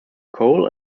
cole